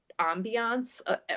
ambiance